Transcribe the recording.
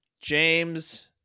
James